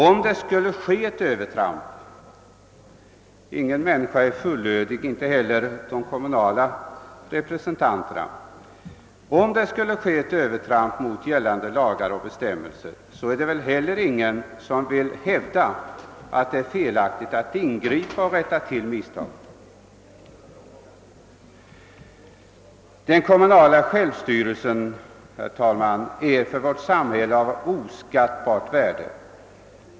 Om det skulle ske ett övertramp — ingen människa är fullkomlig, inte heller de kommunala representanterna — mot gällande lagar och bestämmelser, är det väl ingen som vill hävda att det är felaktigt att ingripa och rätta till misstagen. Den kommunala självstyrelsen, herr talman, är för vårt samhälle av oskattbart värde.